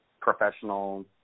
professional